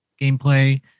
gameplay